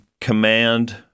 command